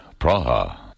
Praha